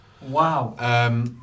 wow